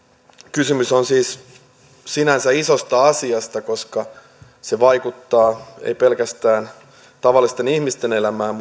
kysymys on siis sinänsä isosta asiasta koska se vaikuttaa ei pelkästään tavallisten ihmisten elämään